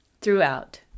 throughout